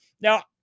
Now